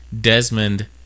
Desmond